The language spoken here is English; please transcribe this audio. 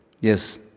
Yes